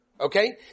okay